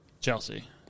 chelsea